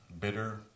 bitter